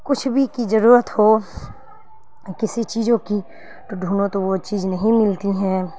کچھ بھی کی ضرورت ہو کسی چیزوں کی تو ڈھونڈو تو وہ چیز نہیں ملتی ہیں